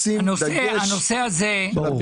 לשים דגש על המקומות האלה בפריפריה.